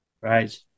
right